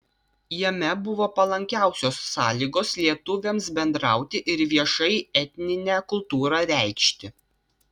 jame buvo palankiausios sąlygos lietuviams bendrauti ir viešai etninę kultūrą reikšti